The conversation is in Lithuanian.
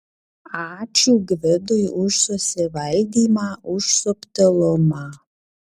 ačiū gvidui už susivaldymą už subtilumą